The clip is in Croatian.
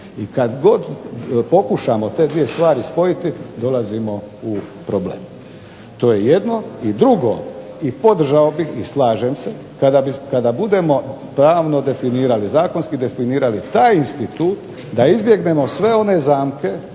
i kada god pokušamo te dvije stvari spojiti dolazimo u problem. To je jedno. I drugo, i podržao bih i slažem se kada budemo pravno definirali taj institut da izbjegnemo sve one zamke,